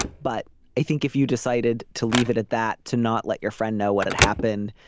but i think if you decided to leave it at that to not let your friend know what had happened.